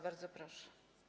Bardzo proszę.